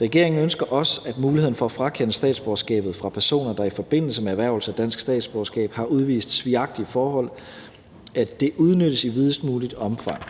Regeringen ønsker også, at muligheden for at frakende statsborgerskabet for personer, der i forbindelse med erhvervelse af dansk statsborgerskab har udvist svigagtige forhold, udnyttes i videst muligt omfang.